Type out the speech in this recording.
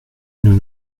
nous